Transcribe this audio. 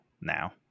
now